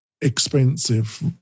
expensive